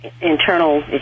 internal